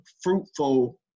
fruitful